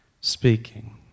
speaking